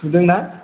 थुदोंना